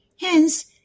Hence